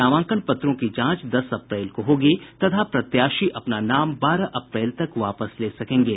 नामांकन पत्रों की जांच दस अप्रैल को होगी तथा प्रत्याशी अपना नाम बारह अप्रैल तक वापस ले सकेंगे